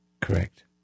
correct